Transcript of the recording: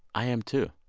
i am, too.